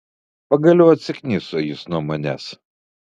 pagaliau atsikniso jis nuo manęs